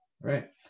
right